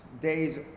days